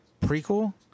prequel